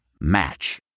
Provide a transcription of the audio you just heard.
Match